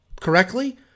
correctly